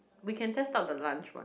we can test out the lunch one